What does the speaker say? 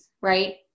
right